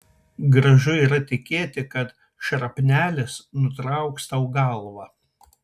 gražu yra tikėti kad šrapnelis nutrauks tau galvą